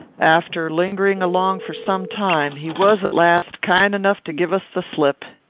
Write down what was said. after lingering along for some time, he was at last kind enough to give us the slip.